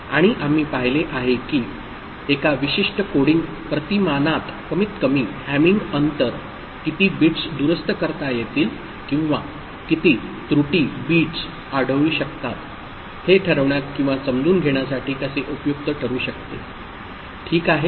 आणि आम्ही पाहिले आहे की एका विशिष्ट कोडिंग प्रतिमानात कमीतकमी हॅमिंग अंतर किती बिट्स दुरुस्त करता येतील किंवा किती त्रुटी बिट्स आढळू शकतात हे ठरविण्यात किंवा समजून घेण्यासाठी कसे उपयुक्त ठरू शकते ठीक आहे